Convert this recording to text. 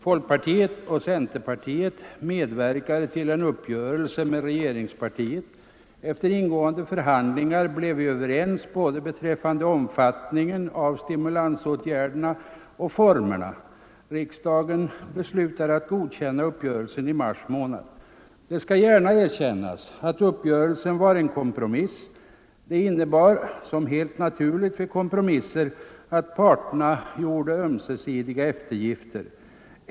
Folkpartiet och centerpartiet medverkade till en uppgörelse med regeringspartiet. Efter ingående förhandlingar blev vi överens både beträffande omfattningen av stimulansåtgärderna och beträffande formerna för dem. Riksdagen beslutade i mars månad att godkänna uppgörelsen. Det skall gärna erkännas att uppgörelsen var en kompromiss. Det innebar — det är något helt naturligt när det gäller kompromisser — att parterna gjorde ömsesidiga eftergifter.